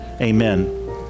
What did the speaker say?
Amen